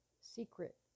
secret